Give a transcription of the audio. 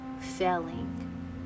failing